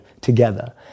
together